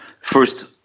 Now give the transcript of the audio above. first